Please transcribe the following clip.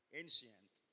ancient